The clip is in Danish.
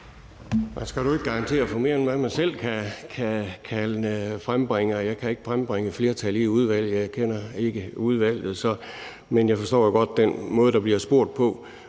Man skal jo ikke garantere for mere, end man selv kan frembringe, og jeg kan ikke frembringe flertal i udvalget. Jeg kender ikke udvalget. Men jeg forstår da godt den måde, der bliver spurgt på.